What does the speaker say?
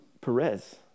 Perez